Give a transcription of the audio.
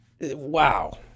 wow